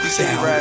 down